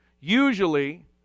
Usually